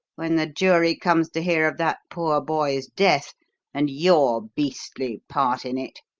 when the jury comes to hear of that poor boy's death and your beastly part in it.